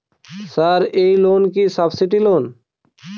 Sir এই loan কি subsidy loan?